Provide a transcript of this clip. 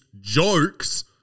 jokes